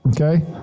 Okay